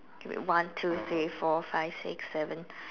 K wait one two three four five six seven